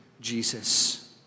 Jesus